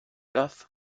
das